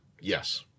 yes